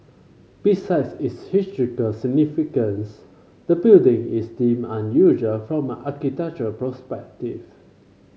besides its historical significance the building is deemed unusual from an architectural perspective